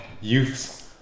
youths